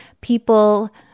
people